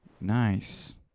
Nice